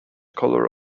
colors